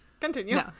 Continue